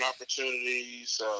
opportunities